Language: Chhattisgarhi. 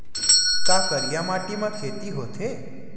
का करिया माटी म खेती होथे?